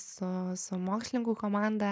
su su mokslininkų komanda